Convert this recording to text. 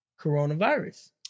coronavirus